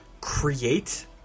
create